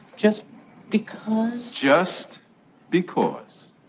just because? just because